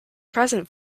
present